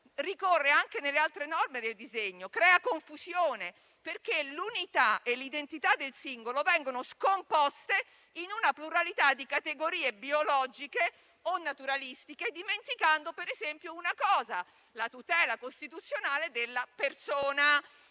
ricorre anche nelle altre norme del disegno e crea confusione, perché l'unità e l'identità del singolo vengono scomposte in una pluralità di categorie biologiche o naturalistiche, dimenticando per esempio una cosa: la tutela costituzionale della persona.